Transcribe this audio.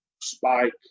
spike